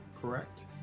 correct